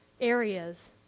areas